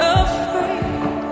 afraid